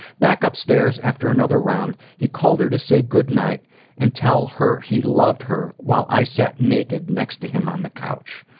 back upstairs after another round, he called her to say goodnight and tell her he loved her while i sat naked next to him on the couch.